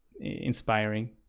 inspiring